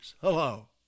Hello